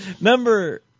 Number